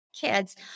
kids